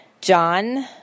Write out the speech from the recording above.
John